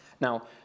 Now